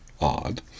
odd